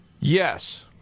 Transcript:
Yes